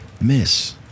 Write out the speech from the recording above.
Miss